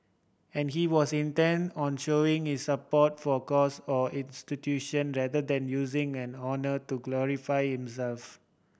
and he was intent on showing his support for cause or institution rather than using and honour to glorify himself